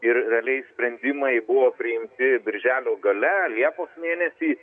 ir realiai sprendimai buvo priimti birželio gale liepos mėnesį